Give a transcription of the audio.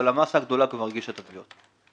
אבל המסה הגדולה כבר הגישה את התביעות.